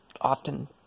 often